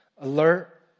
alert